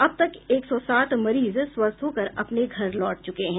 अब तक एक सौ सात मरीज स्वस्थ होकर अपने घर लौट चुके हैं